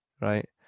right